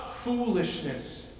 foolishness